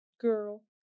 Girl